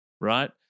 right